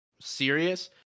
serious